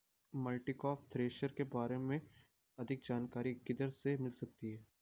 Multicrop thresher के बारे में अधिक जानकारी किधर से मिल सकती है?